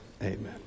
Amen